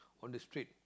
on the street